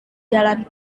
jalan